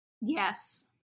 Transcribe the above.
yes